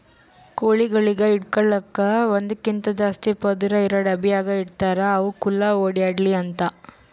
ಕೋಳಿಗೊಳಿಗ್ ಇಡಲುಕ್ ಒಂದಕ್ಕಿಂತ ಜಾಸ್ತಿ ಪದುರ್ ಇರಾ ಡಬ್ಯಾಗ್ ಇಡ್ತಾರ್ ಅವು ಖುಲ್ಲಾ ಓಡ್ಯಾಡ್ಲಿ ಅಂತ